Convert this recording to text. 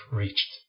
reached